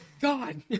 God